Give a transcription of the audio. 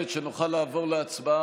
אנא, לשבת, שנוכל לעבור להצבעה.